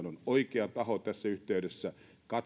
on oikea taho tässä yhteydessä